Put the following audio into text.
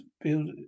build